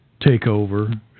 takeover